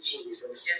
Jesus